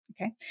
okay